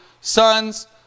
sons